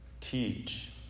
teach